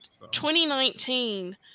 2019